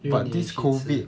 but 你有去吃